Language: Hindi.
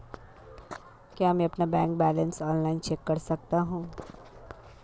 क्या मैं अपना बैंक बैलेंस ऑनलाइन चेक कर सकता हूँ?